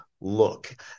look